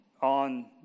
on